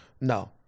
No